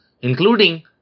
including